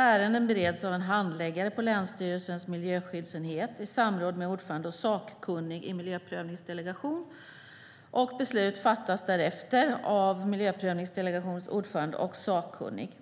Ärenden bereds av en handläggare på länsstyrelsens miljöskyddsenhet i samråd med ordförande och sakkunnig i miljöprövningsdelegationen. Därefter fattas beslut av miljöprövningsdelegationens ordförande och sakkunnig.